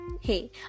Hey